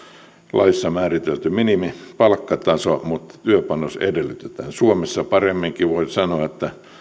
laissa määritelty minimipalkkataso mutta työpanos edellytetään suomessa paremminkin voi sanoa että